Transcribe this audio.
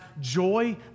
joy